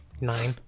Nine